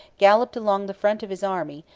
galloped along the front of his army,